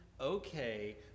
okay